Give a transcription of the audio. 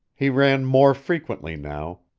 he ran more frequently now,